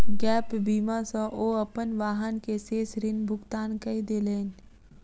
gap बीमा सॅ ओ अपन वाहन के शेष ऋण भुगतान कय देलैन